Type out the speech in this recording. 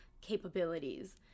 capabilities